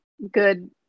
Good